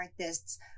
artists